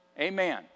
Amen